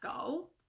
goal